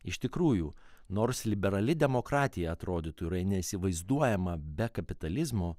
iš tikrųjų nors liberali demokratija atrodytų yra neįsivaizduojama be kapitalizmo